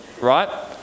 right